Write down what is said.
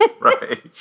Right